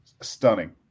stunning